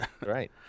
Right